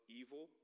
evil